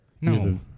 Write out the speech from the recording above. No